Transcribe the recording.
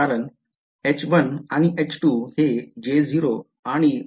कारण H1 आणि H2 हे J0 आणि Y0 ने बनलेले आहे